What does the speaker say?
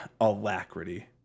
Alacrity